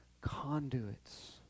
conduits